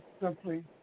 simply